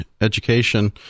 education—